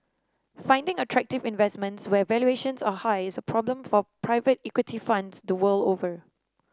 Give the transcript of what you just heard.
finding attractive investments when valuations are high is a problem for private equity funds the world over